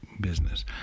business